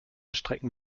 strecken